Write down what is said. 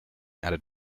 added